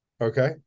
okay